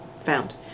found